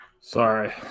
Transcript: Sorry